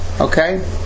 Okay